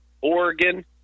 Oregon